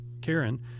karen